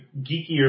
geekier